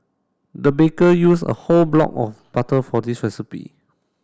the baker use a whole block of butter for this recipe